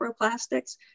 microplastics